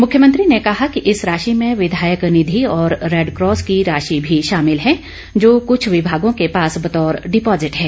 मुख्यमंत्री ने कहा कि इस राशि में विधायक निधि और रेडक्रॉस की राशि मी शामिल है जो कुछ विमागों के पास बतौर डिपॉजिट है